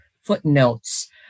footnotes